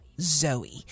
Zoe